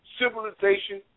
civilization